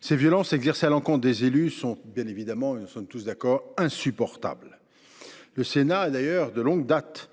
Ces violences exercées à l’encontre des élus sont insupportables, nous sommes tous d’accord sur ce point. D’ailleurs, le Sénat est, de longue date,